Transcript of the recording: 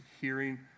hearing